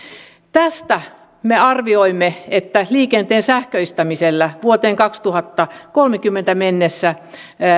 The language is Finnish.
me arvioimme että liikenteen sähköistämisellä vuoteen kaksituhattakolmekymmentä mennessä